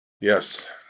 yes